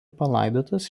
palaidotas